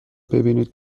ببینید